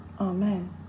Amen